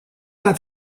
not